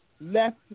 left